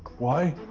why?